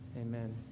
Amen